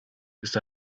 ist